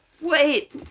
Wait